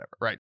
Right